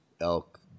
elk